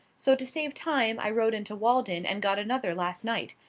so to save time i rode in to walden and got another last night.